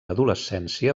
adolescència